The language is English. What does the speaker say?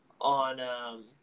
on